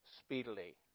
speedily